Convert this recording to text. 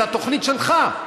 זו התוכנית שלך.